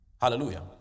Hallelujah